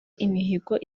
imihigo